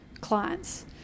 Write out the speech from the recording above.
clients